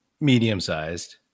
medium-sized